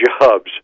Jobs